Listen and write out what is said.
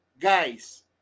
guys